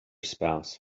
spouse